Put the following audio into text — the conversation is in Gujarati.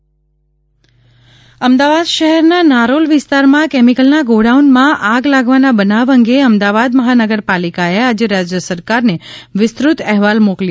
અહેવાલ એએમસી અમદાવાદ શહેરના નારોલ વિસ્તારમાં કેમિકલના ગોડાઉનમાં આગ લાગવાના બનાવ અંગે અમદાવાદ મહાનગરપાલિકાએ આજે રાજય સરકારને વિસ્તૃત અહેવાલ મોકલી આપ્યો છે